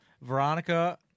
Veronica